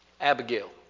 Abigail